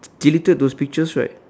deleted those pictures right